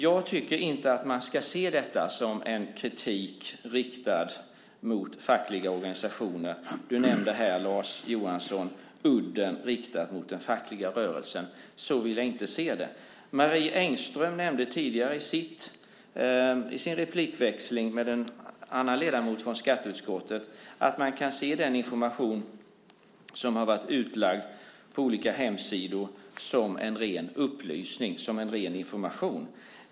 Jag tycker inte att man ska se detta som en kritik riktad mot fackliga organisationer. Du nämnde här, Lars Johansson, att udden riktas mot den fackliga rörelsen. Så vill jag inte se det. Marie Engström nämnde tidigare i sin replikväxling med en annan ledamot från skatteutskottet att man kan se den information som har varit utlagd på olika hemsidor som en ren upplysning, som ren information.